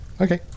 Okay